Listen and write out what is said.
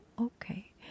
Okay